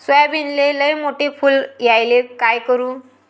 सोयाबीनले लयमोठे फुल यायले काय करू?